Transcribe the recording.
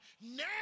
Now